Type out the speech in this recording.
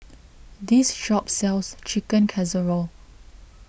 this shop sells Chicken Casserole